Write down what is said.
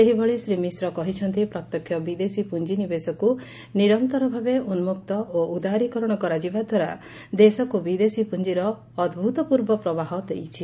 ସେହିଭଳି ଶ୍ରୀ ମିଶ୍ର କହିଛନ୍ତି ପ୍ରତ୍ୟକ୍ଷ ବିଦେଶୀ ପୁଞିନିବେଶକୁ ନିରନ୍ତରଭାବେ ଉନ୍କକ୍ତ ଓ ଉଦାରୀକରଣ କରାଯିବା ଦ୍ୱାରା ଦେଶକୁ ବିଦେଶୀ ପୁଞ୍ଚିର ଅଭ୍ରତପୂର୍ବ ପ୍ରବାହ ହୋଇଛି